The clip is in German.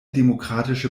demokratische